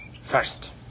First